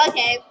Okay